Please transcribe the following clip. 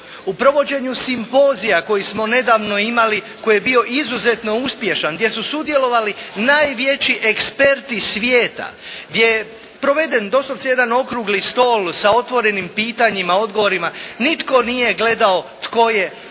u provođenju simpozija koji smo nedavno imali koji je bio izuzetno uspješan, gdje su sudjelovali najveći eksperti svijeta, gdje je proveden doslovce jedan okrugli stol sa otvorenim pitanjima, odgovorima nitko nije gledao tko je tko